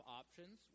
options